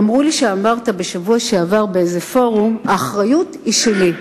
אמרו לי שאמרת בשבוע שעבר באיזשהו פורום: האחריות היא שלי.